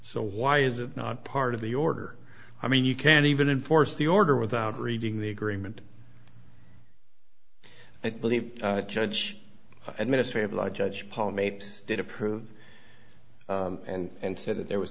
so why is it not part of the order i mean you can't even enforce the order without reading the agreement i believe judge administrative law judge paul mapes did approve and said that there was